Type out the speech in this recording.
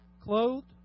clothed